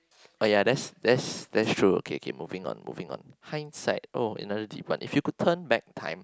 oh ya that's that's that's true okay okay moving on moving on hindsight oh another deep one if you could turn back time